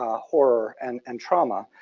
ah horror, and and trauma,